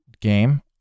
game